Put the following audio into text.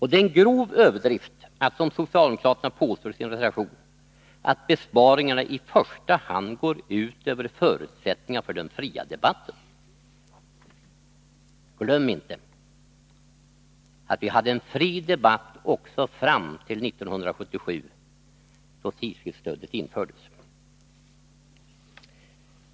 Det är en grov överdrift att påstå, som socialdemokraterna gör i sin reservation, att besparingarna i första hand går ut över förutsättningarna för den fria debatten. Glöm inte att vi hade en fri debatt också fram till 1977, då tidskriftsstödet infördes.